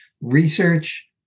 research